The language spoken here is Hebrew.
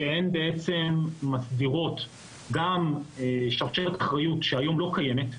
שהן בעצם מסדירות גם שרשרת אחריות שהיום לא קיימת,